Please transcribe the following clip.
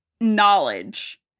knowledge